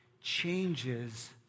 changes